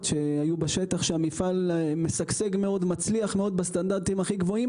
שהיו בשטח שהמפעל משגשג ומצליח מאוד בסטנדרטים הכי גבוהים.